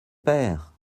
père